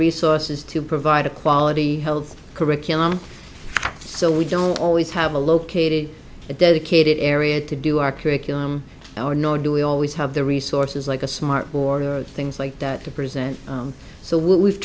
resources to provide a quality health curriculum so we don't always have a located dedicated area to do our curriculum or nor do we always have the resources like a smart board or things like that to present so what we've